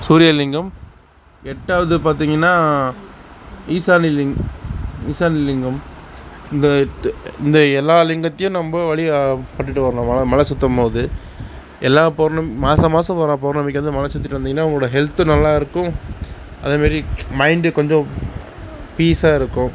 சூரிய லிங்கம் எட்டாவது பார்த்திங்கனா ஈசானிய ஈசானி லிங்கம் இந்த எட்டு இந்த எல்லா லிங்கத்தையும் நம்ப வழிபட்டுட்டு வரணும் மலை சுற்றும்போது எல்லா பௌர்ணமி மாத மாதம் வர பௌர்ணமிக்கு வந்து மலை சுற்றிட்டு வந்திங்கனால் உங்களோடய ஹெல்த்து நல்லாயிருக்கும் அதுமாரி மைண்டு கொஞ்சம் பீஸாகருக்கும்